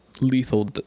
lethal